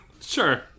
Sure